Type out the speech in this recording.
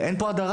אין פה הדרה.